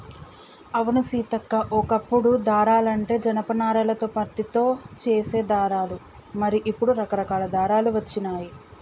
అవును సీతక్క ఓ కప్పుడు దారాలంటే జనప నారాలతో పత్తితో చేసే దారాలు మరి ఇప్పుడు రకరకాల దారాలు వచ్చినాయి